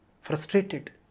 Frustrated